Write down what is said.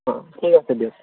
অঁ ঠিক আছে দিয়ক